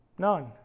None